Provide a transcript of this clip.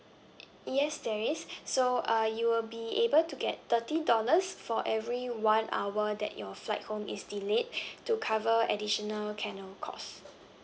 yes there is so uh you will be able to get thirty dollars for every one hour that your flight home is delayed to cover additional kennel cost